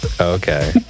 Okay